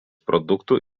produktų